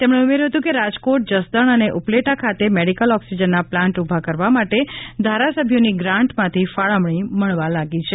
તેમણે ઉમેર્યું હતું કે રાજકોટ જસદણ અને ઉપલેટા ખાતે મેડિકલ ઑક્સીજનના પ્લાન્ટ ઊભા કરવા માટે ધારાસભ્યોની ગ્રાન્ટ માથી ફાળવણી મળવા લાગી છે